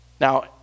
Now